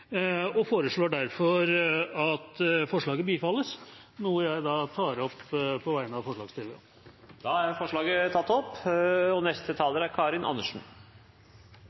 og foreslår derfor at forslaget bifalles, noe jeg tar opp på vegne av forslagsstillerne. Da har representanten Dag Terje Andersen tatt opp